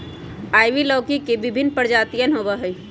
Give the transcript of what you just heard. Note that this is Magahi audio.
आइवी लौकी के विभिन्न प्रजातियन होबा हई